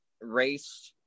race